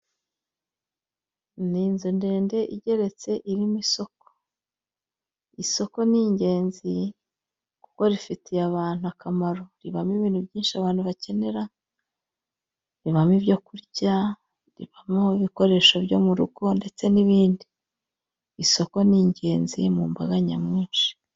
Ni inzu ndende igeretse irimo isoko. Isoko ni ingenzi kuko rifitiye abantu akamaro. Ribamo ibintu byisnhi abantu bakenera, ribamo ibyo kurya, ibikoresho byo murgo, ndetse n'ibindi isoko ni ingenzi mu mbaga nyamwinshi.